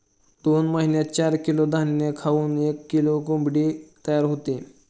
दोन महिन्यात चार किलो धान्य खाऊन एक किलो कोंबडी तयार होते